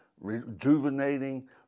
rejuvenating